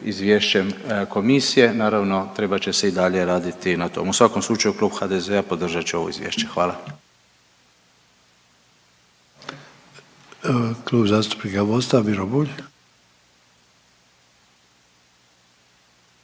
izvješćem komisije. Naravno trebat će se i dalje raditi na tom. U svakom slučaju Klub HDZ-a podržat će ovo izvješće. Hvala. **Sanader, Ante